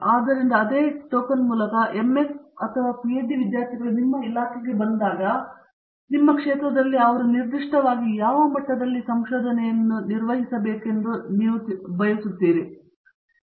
ಆದ್ದರಿಂದ ಅದೇ ಟೋಕನ್ ಮೂಲಕ MS ಮತ್ತು PhD ವಿದ್ಯಾರ್ಥಿಗಳು ನಿಮ್ಮ ಇಲಾಖೆಗೆ ಬಂದಾಗ ನಿಮ್ಮ ಕ್ಷೇತ್ರದಲ್ಲಿ ಅವರು ನಿರ್ದಿಷ್ಟವಾಗಿ ಯಾವ ಮಟ್ಟದಲ್ಲಿ ಸಂಶೋಧನೆಯನ್ನು ನಿರ್ವಹಿಸಬೇಕೆಂಬುದನ್ನು ಸರಿಯಾಗಿ ನಿಮಗೆ ತಿಳಿದಿರಬಹುದೆಂದು ನನಗೆ ತಿಳಿದಿದೆ